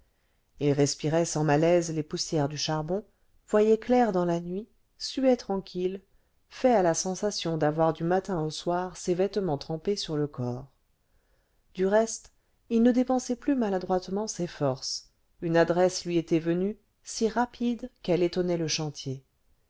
il respirait sans malaise les poussières du charbon voyait clair dans la nuit suait tranquille fait à la sensation d'avoir du matin au soir ses vêtements trempés sur le corps du reste il ne dépensait plus maladroitement ses forces une adresse lui était venue si rapide qu'elle étonnait le chantier